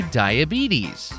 diabetes